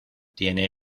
tiene